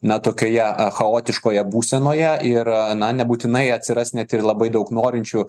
nuo tokioje chaotiškoje būsenoje ir na nebūtinai atsiras net ir labai daug norinčių